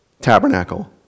tabernacle